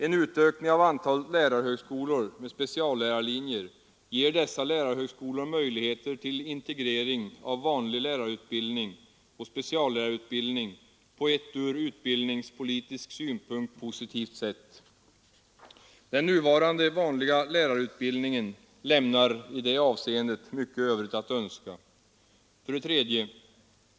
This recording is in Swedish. En utökning av antalet lärarhögskolor med speciallärarlinjer ger dessa lärarhögskolor möjligheter till integrering av vanlig lärarutbildning och speciallärarutbildning på ett från utbildningspolitisk synpunkt positivt sätt. Den nuvarande vanliga lärarutbildningen lämnar i detta avseende mycket övrigt att önska. 3.